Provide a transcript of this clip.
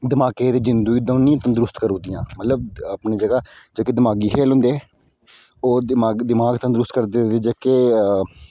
दिमाके ते जिंदू गी दौनें गी तंदरुसत करी ओड़ दियां मतलब अपनी जगह जेहकी दिमागी खेल होंदे ओह् दिमाग तंदरुस्त करदे ते जेहकी